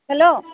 hello